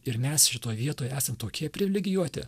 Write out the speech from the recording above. ir mes šitoj vietoj esam tokie privilegijuoti